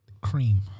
Cream